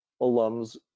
alums